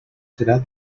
serà